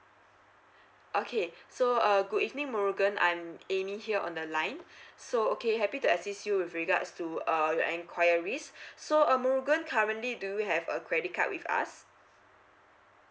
okay so uh good evening murugan I'm amy here on the line so okay happy to assist you with regards to uh your enquiries so uh murugan currently do you have a credit card with us